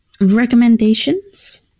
Recommendations